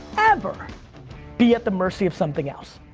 ever be at the mercy of something else.